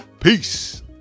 Peace